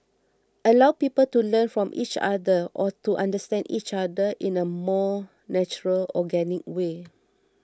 allow people to learn from each other or to understand each other in a more natural organic way